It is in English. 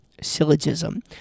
syllogism